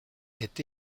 est